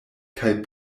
kaj